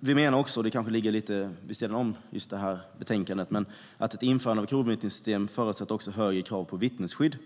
Vi menar också, vilket kanske ligger lite vid sidan om detta betänkande, att ett införande av ett kronvittnessystem förutsätter att det ställs högre krav på vittnesskydd.